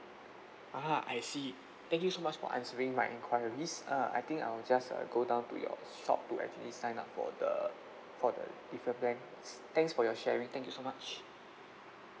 ah I see thank you so much for answering my enquiries uh I think I will just uh go down to your shop to actually sign up for the for the different plans thanks for your sharing thank you so much